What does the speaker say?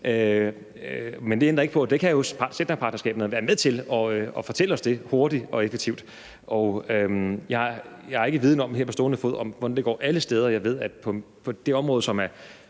Men det ændrer jo ikke ved, at det kan sektorpartnerskaberne jo være med til at fortælle os hurtigt og effektivt. Jeg har ikke viden om her på stående fod, hvordan det går alle steder, men jeg ved, at på det område, som er